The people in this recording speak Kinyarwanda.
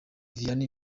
vianney